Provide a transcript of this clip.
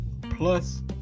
Plus